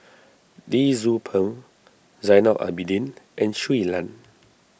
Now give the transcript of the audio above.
Lee Tzu Pheng Zainal Abidin and Shui Lan